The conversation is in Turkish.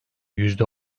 yüzde